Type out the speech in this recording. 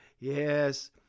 Yes